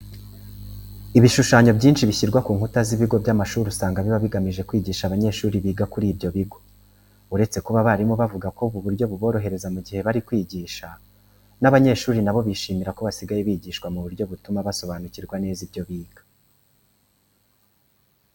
Ibishushanyo byinshi bishyirwa ku nkuta z'ibigo by'amashuri usanga biba bigamije kwigisha abanyeshuri biga kuri ibyo bigo. Uretse kuba abarimu bavuga ko ubu buryo buborohereza mu gihe bari kwigisha, n'abanyeshuri na bo bishimira ko basigaye bigishwa mu buryo butuma basobanukirwa neza ibyo biga.